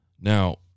now